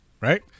Right